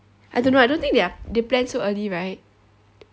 I don't know I don't think they are they plan so early right